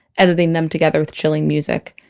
editing them together with chilling music.